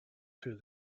through